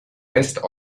west